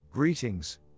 Greetings